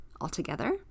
altogether